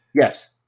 yes